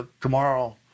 tomorrow